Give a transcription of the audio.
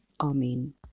Amen